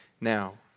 now